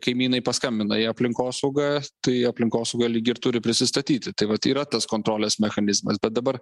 kaimynai paskambina į aplinkosaugą tai į aplinkosaugą lyg ir turi prisistatyti tai vat yra tas kontrolės mechanizmas bet dabar